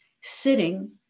sitting